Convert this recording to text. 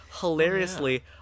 hilariously